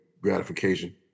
gratification